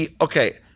Okay